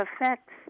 effects